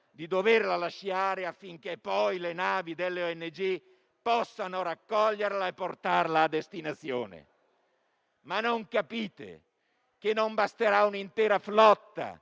di doverla lasciare, affinché poi le navi delle ONG possano raccoglierla e portarla a destinazione. Non capite che non basterà un'intera flotta